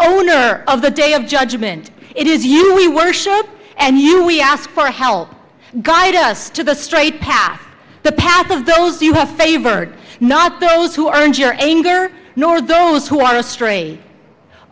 owner of the day of judgment it is you we worship and you we ask for help guide us to the straight path the path of those you have favored not those who are injure anger nor those who are astray